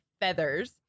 feathers